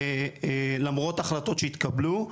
למרות החלטות שהתקבלו,